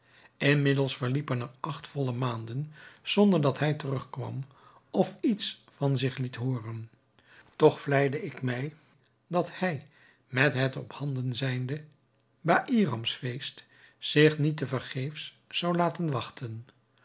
inmiddels verliepen er acht volle maanden zonder dat hij terugkwam of iets van zich liet hooren toch vleide ik mij dat hij met het ophanden zijnde baïramsfeest zich niet te vergeefs zou laten wachten